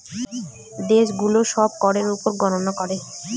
দেশে গুলো সব করের উপর গননা করে